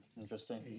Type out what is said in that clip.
Interesting